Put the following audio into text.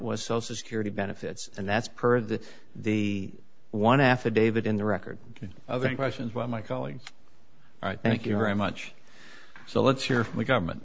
was social security benefits and that's per the the one affidavit in the record of the questions why am i calling thank you very much so let's hear from the government